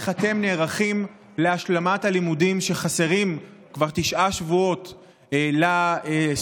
איך אתם נערכים להשלמת הלימודים שחסרים כבר תשעה שבועות לסטודנטים?